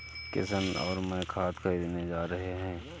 किशन और मैं खाद खरीदने जा रहे हैं